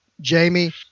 Jamie